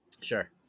Sure